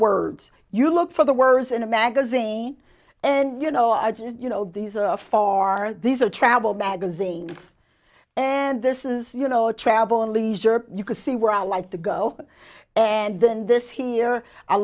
words you look for the worst in a magazine and you know i just you know these are far these are travel magazines and this is you know the travel and leisure you can see where i like to go and then this here i